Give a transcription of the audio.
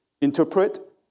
interpret